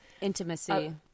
intimacy